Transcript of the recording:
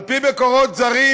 על פי מקורות זרים,